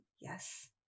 Yes